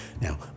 Now